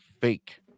fake